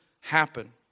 happen